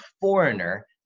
foreigner